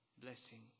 blessing